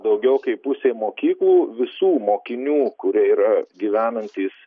daugiau kaip pusė mokyklų visų mokinių kurie yra gyvenantys